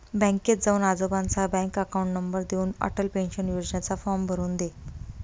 बँकेत जाऊन आजोबांचा बँक अकाउंट नंबर देऊन, अटल पेन्शन योजनेचा फॉर्म भरून दे